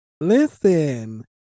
Listen